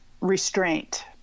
Restraint